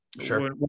Sure